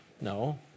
No